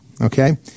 okay